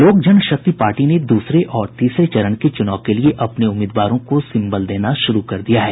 लोक जनशक्ति पार्टी ने द्रसरे और तीसरे चरण के चूनाव के लिये अपने उम्मीदवारों को सिम्बल देना शुरू कर दिया है